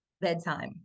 bedtime